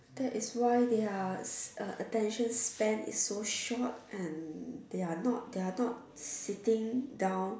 that is why their uh attention span is so short and they are not they are not sitting down